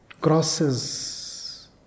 crosses